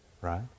right